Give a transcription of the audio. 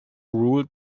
ruled